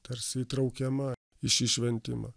tarsi įtraukiama į šį šventimą